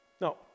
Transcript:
no